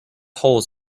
holes